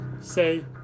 say